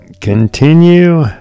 continue